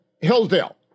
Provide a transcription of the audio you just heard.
Hillsdale